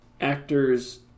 actors